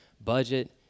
budget